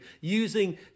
using